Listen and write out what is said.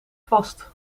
vast